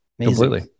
Completely